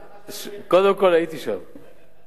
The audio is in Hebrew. קודם כול הייתי שם, ב.